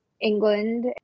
England